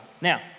Now